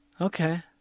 Okay